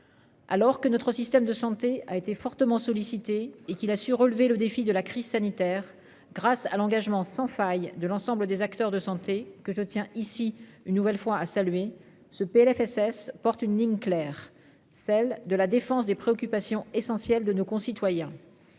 Alors que notre système de santé a été fortement sollicitée et qu'il a su relever le défi de la crise sanitaire grâce à l'engagement sans faille de l'ensemble des acteurs de santé que je tiens, ici, une nouvelle fois à saluer ce PLFSS porte une ligne claire celle de la défense des préoccupations essentielles de nos concitoyens